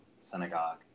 synagogue